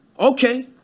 Okay